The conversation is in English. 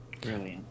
Brilliant